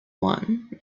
one